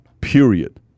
period